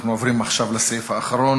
אנחנו עוברים עכשיו לסעיף האחרון.